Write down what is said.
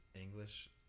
English